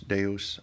Deus